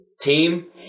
team